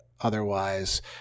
otherwise